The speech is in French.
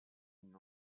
une